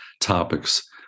topics